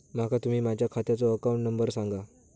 माका तुम्ही माझ्या खात्याचो अकाउंट नंबर सांगा?